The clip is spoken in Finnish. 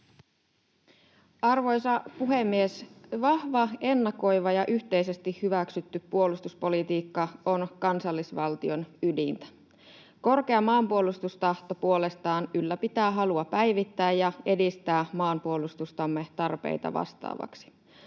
Arvoisa puhemies! Vahva, ennakoiva ja yhteisesti hyväksytty puolustuspolitiikka on kansallisvaltion ydintä. Korkea maanpuolustustahto puolestaan ylläpitää halua päivittää ja edistää maanpuolustustamme tarpeita vastaavaksi.